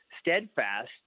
steadfast